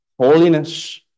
Holiness